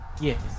Yes